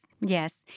yes